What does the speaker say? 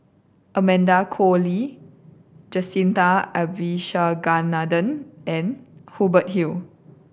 Amanda Koe Lee Jacintha Abisheganaden and Hubert Hill